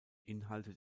inhalte